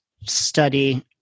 study